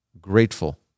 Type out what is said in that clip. grateful